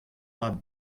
mab